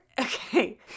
Okay